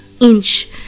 inch